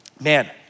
man